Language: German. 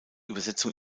übersetzung